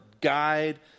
guide